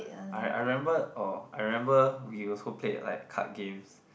I I remember oh I remember we also played like card games